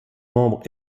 membre